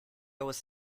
was